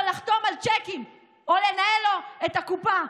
לחתום על צ'קים או לנהל לו את הקופה.